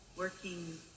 working